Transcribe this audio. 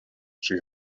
she